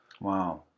Wow